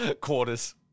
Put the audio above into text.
quarters